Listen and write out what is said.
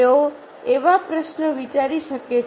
તેઓ આવો પ્રશ્ન વિચારી શકે છે